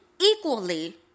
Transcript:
equally